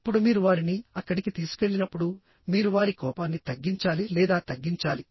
ఇప్పుడు మీరు వారిని అక్కడికి తీసుకెళ్లినప్పుడు మీరు వారి కోపాన్ని తగ్గించాలి లేదా తగ్గించాలి